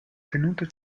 tenuta